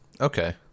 Okay